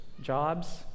jobs